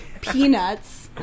Peanuts